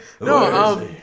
no